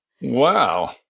Wow